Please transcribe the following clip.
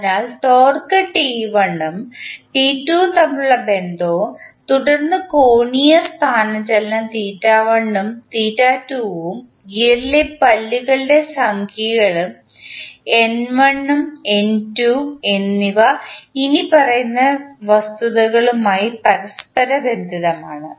അതിനാൽ torque T 1 ഉം T 2 ഉം തമ്മിലുള്ള ബന്ധവും തുടർന്ന് കോണീയ സ്ഥാനചലനം ഉം ഉം ഗിയറിലെ പല്ലുകളുടെ സംഖ്യകളും എൻ 1 എൻ 2 എന്നിവ ഇനിപ്പറയുന്ന വസ്തുതകളുമായി പരസ്പരബന്ധിതമാണ്